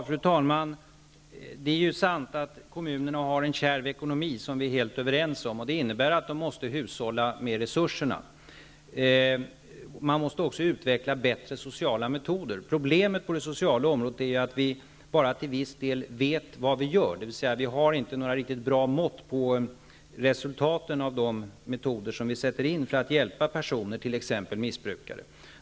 Fru talman! Det är sant att kommunerna har en kärv ekonomi. Det innebär att de måste hushålla med resurserna. Man måste också utveckla bättre sociala metoder. Problemet på det sociala området är att vi bara till viss del vet vad vi gör, dvs. vi har inte något riktigt bra mått på resultaten av de metoder som vi sätter in för att t.ex. hjälpa missbrukare.